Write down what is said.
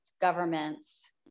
governments